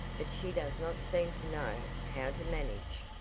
but she does not seem to know how to manage.